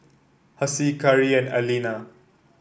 Hassie Kari and Aleena